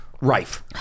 rife